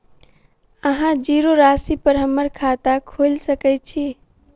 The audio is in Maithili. अहाँ जीरो राशि पर हम्मर खाता खोइल सकै छी?